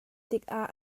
tikah